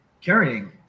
carrying